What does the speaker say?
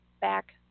back